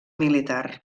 militar